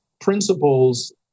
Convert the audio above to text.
principles